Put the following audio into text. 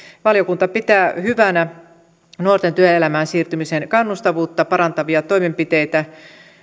valiokunta pitää hyvänä nuorten työelämään siirtymisen kannustavuutta parantavia toimenpiteitä